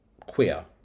queer